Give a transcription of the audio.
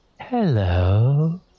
hello